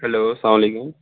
hello اسلام علیکُم